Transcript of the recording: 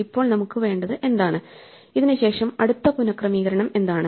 ഇപ്പോൾ നമുക്ക് വേണ്ടത് എന്താണ് ഇതിനുശേഷം അടുത്ത പുനക്രമീകരണം എന്താണ്